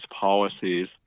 policies